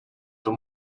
too